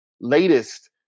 latest